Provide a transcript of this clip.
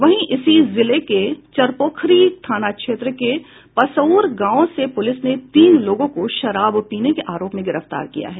वहीं इसी जिले के चरपोखरी थाना क्षेत्र के पसऊर गांव से पुलिस ने तीन लोगों को शराब पीने के आरोप में गिरफ्तार किया है